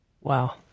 Wow